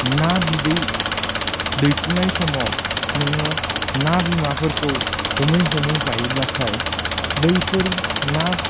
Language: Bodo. ना बिदै दैफुनाय समाव नोङो ना बिमाफोरखौ हमै हमै जायोब्लाथाय बैफोर ना